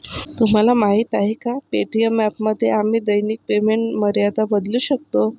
तुम्हाला माहीत आहे का पे.टी.एम ॲपमध्ये आम्ही दैनिक पेमेंट मर्यादा बदलू शकतो?